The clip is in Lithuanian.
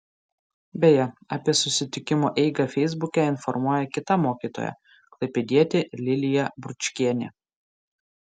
beje apie susitikimo eigą feisbuke informuoja kita mokytoja klaipėdietė lilija bručkienė